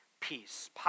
peace